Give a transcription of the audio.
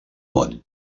món